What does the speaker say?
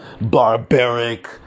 Barbaric